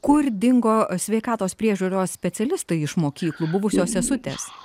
kur dingo sveikatos priežiūros specialistai iš mokyklų buvusios sesutės